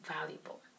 valuable